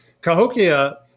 Cahokia